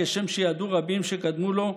כשם שידעו רבים שקדמו לו,